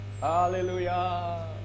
Hallelujah